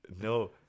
no